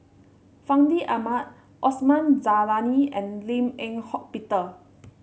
Fandi Ahmad Osman Zailani and Lim Eng Hock Peter